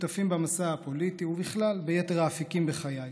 שותפים במסע הפוליטי, ובכלל, ביתר האפיקים בחיי,